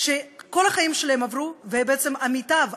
שרוצים להשמיד את מדינת ישראל.